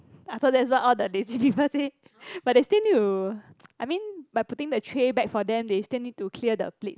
I thought that's what all the lazy people say but they still need to I mean by helping them put the trays back they still need to clear the plate